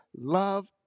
love